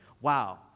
wow